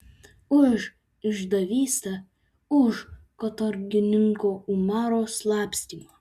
už išdavystę už katorgininko umaro slapstymą